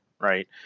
right